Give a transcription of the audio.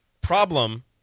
Problem